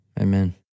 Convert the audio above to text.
Amen